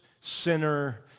sinner